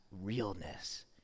realness